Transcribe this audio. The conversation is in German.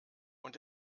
und